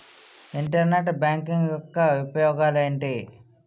Internet banking యెక్క ఉపయోగాలు ఎంటి?